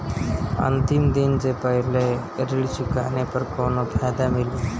अंतिम दिन से पहले ऋण चुकाने पर कौनो फायदा मिली?